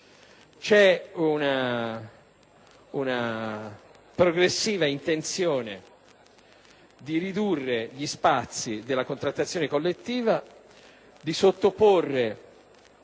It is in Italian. è una progressiva intenzione di ridurre gli spazi della contrattazione collettiva e di sottoporne